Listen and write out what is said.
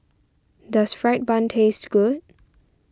does Fried Bun taste good